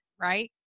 Right